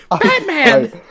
Batman